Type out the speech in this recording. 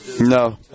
No